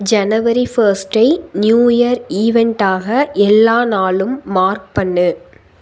ஜனவரி ஃபர்ஸ்டே new year ஈவென்டாக எல்லா நாளும் மார்க் பண்ணு